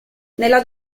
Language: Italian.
nella